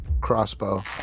crossbow